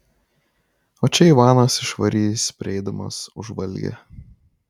o čia ivanas išvarys prieidamas už valgį